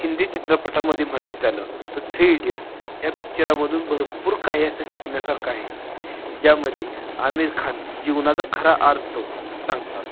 हिंदी चित्रपटामध्ये म्हणाय झालं तर थ्री इडियट्स ह्या पिक्चरामधून भरपूर काही असं शिकण्यासारखं आहे ज्यामध्ये आमिर खान जीवनाचा खरा अर्थ सांगतात